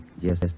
Yes